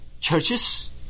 churches